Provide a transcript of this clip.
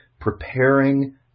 preparing